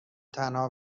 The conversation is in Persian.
تنها